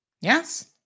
Yes